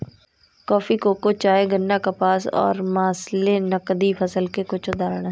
coffee, cocoa, चाय, गन्ना, कपास और मसाले नकदी फसल के कुछ उदाहरण हैं